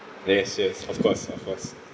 yes yes of course of course